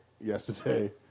yesterday